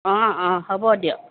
অঁ অঁ হ'ব দিয়ক